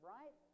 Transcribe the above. Right